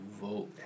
vote